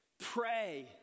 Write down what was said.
Pray